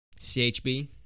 CHB